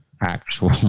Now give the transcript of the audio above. actual